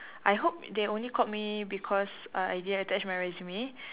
I hope they only called me because I didn't attach my resume